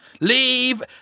Leave